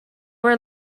were